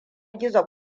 gizo